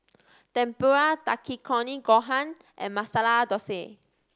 Tempura Takikomi Gohan and Masala Dosa